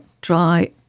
dry